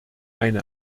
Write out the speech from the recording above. eine